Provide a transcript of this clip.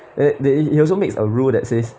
and then he also makes a rule that says